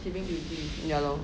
ya lor